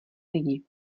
lidi